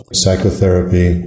psychotherapy